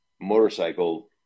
motorcycle